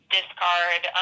discard